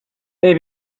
they